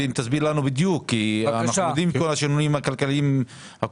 ואחרי זה הם עוברים לתחזיות המקרו-כלכליות שלהם,